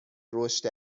رشد